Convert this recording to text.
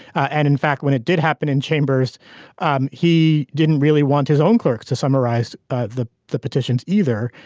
and in fact when it did happen in chambers um he didn't really want his own clerks to summarize ah the the petitions either.